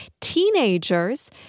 teenagers